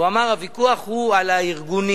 והוא אמר שהוויכוח הוא על הארגונים,